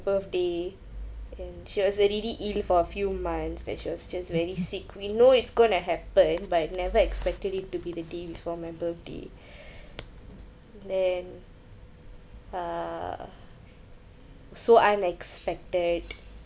birthday and she's already ill for few months that she was just very sick we know it's going to happen but never expected it to be the day before my birthday then uh so unexpected